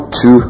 two